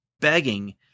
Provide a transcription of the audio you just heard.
begging